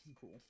Cool